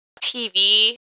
TV